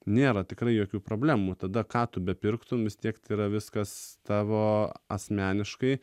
nėra tikrai jokių problemų tada ką tu bepirktum vis tiek yra viskas tavo asmeniškai